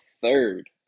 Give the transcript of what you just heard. third